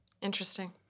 Interesting